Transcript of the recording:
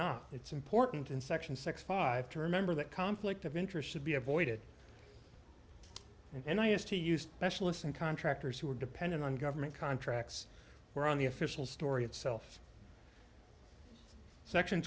not it's important in section six five to remember that conflict of interest should be avoided and i asked who used nationalists and contractors who were dependent on government contracts were on the official story itself section